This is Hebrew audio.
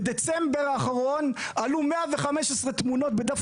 בדצמבר האחרון עלו 115 תמונות בדף